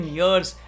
years